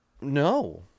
No